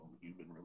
human